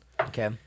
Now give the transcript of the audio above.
okay